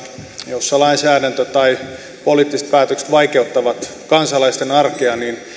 joissa lainsäädäntö tai poliittiset päätökset vaikeuttavat kansalaisten arkea niin